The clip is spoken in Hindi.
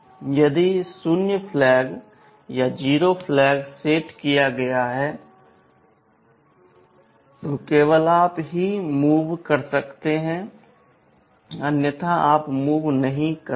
यदि शून्य फ्लैग सेट किया गया है तो केवल आप ही मूव करते हैं अन्यथा आप मूव नहीं करते हैं